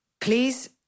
please